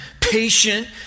patient